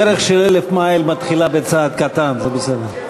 דרך של 1,000 מייל מתחילה בצעד קטן, זה בסדר.